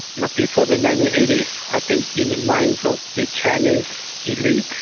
like before the nineteen eighty s i think in the minds of the chinese elite,